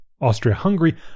Austria-Hungary